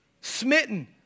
smitten